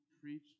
preach